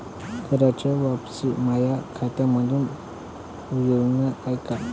कराच वापसी माया खात्यामंधून होईन का?